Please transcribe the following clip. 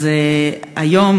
אז היום,